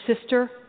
sister